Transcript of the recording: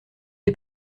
est